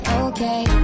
okay